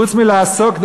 חוץ מלעסוק,